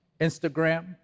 instagram